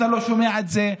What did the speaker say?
אתה לא שומע את זה,